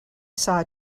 saw